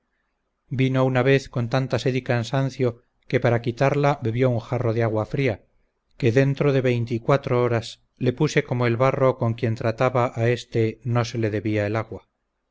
vino una vez con tanta sed y cansancio que para quitarla bebió un jarro de agua fría que dentro de veinte y cuatro horas le puse como el barro con quien trataba a este no se le debía el agua